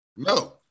No